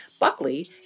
Buckley